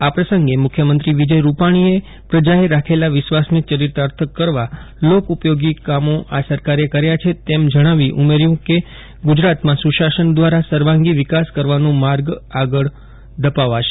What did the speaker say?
આ પ્રસંગે મુખ્યમંત્રી વિજય રૂપાણીએ પ્રજાએ રાખેલા વિશ્વાસને ચરિત્રાર્થ કરવા લોકપયોગી કામો આ સરકારે કર્યા છે તેમ જણાવી ઉમેર્યું કે ગુજરાતમાં સુશાસન દ્વારા સર્વાંગી વિકાસ કરવાનો માર્ગ આગળ ધપાવાશે